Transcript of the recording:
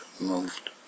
moved